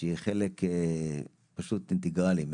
והשיכון יצחק גולדקנופ השר מאיר פרוש סגנית שר האוצר מיכל מרים